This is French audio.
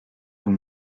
vous